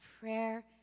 prayer